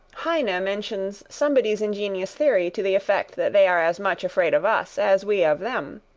heine mentions somebody's ingenious theory to the effect that they are as much afraid of us as we of them.